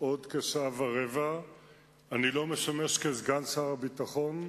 אני לא משמש סגן שר הביטחון,